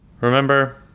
Remember